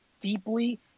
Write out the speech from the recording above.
deeply